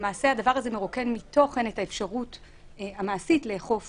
למעשה הדבר הזה מרוקן מתוכן את האפשרות המעשית לאכוף